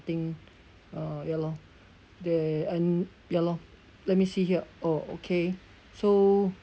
thing uh ya lor they earn ya lor let me see here oh okay so